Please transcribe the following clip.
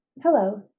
Hello